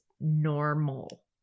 normal